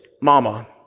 mama